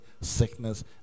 sickness